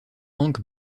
hank